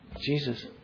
Jesus